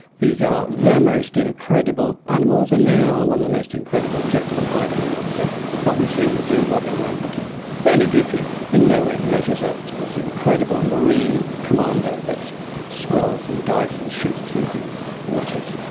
these are the most incredible animals and they are one of the most incredible jekyll and hyde animals. so what we see in the zoo waddling around looking fairly goofy in no way measures up to this incredible marine commando that swirls and dives and shoots through the water.